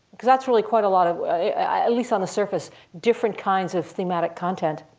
because that's really quite a lot of, at least on the surface, different kinds of thematic content.